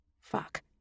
Fuck